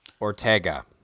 Ortega